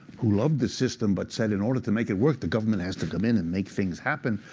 who loved the system but said in order to make it work, the government has to come in and make things happen,